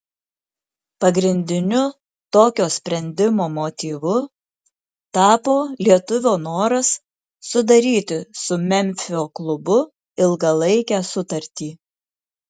pagrindiniu tokio sprendimo motyvu tapo lietuvio noras sudaryti su memfio klubu ilgalaikę sutartį